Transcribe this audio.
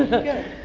okay.